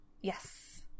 Yes